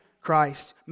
Christ